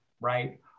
right